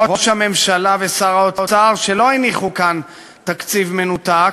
ראש הממשלה ושר האוצר לא הניחו כאן תקציב מנותק,